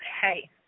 hey